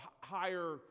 higher